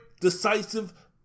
decisive